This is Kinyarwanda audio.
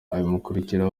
abimukira